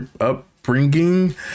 upbringing